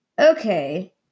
okay